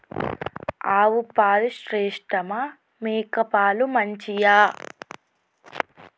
ఆవు పాలు శ్రేష్టమా మేక పాలు మంచియా?